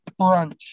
brunch